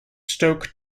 stoke